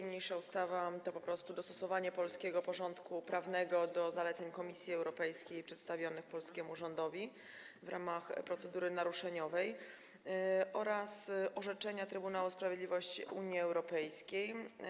Niniejsza ustawa to po prostu dostosowanie polskiego porządku prawnego do zaleceń Komisji Europejskiej przedstawionych polskiemu rządowi w ramach procedury naruszeniowej oraz orzeczenia Trybunału Sprawiedliwości Unii Europejskiej.